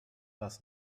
das